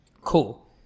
Cool